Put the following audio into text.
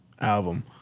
album